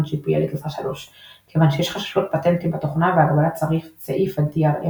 GPL לגרסה 3 כיוון שיש חששות פטנטים בתוכנה והגבלת סעיף ה־DRM